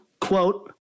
quote